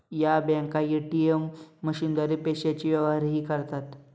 या बँका ए.टी.एम मशीनद्वारे पैशांचे व्यवहारही करतात